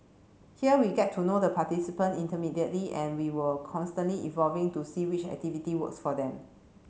here we get to know the participant and we were constantly evolving to see which activity works for them